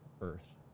earth